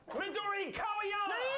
midori kawiyama.